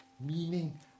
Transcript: meaning